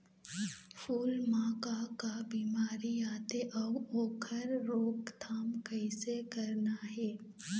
फूल म का का बिमारी आथे अउ ओखर रोकथाम कइसे करना हे?